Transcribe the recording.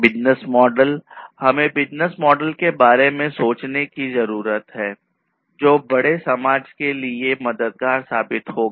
business model हमें business model के बारे में सोचने की जरूरत है जो बड़े समाज के लिए मददगार साबित होगा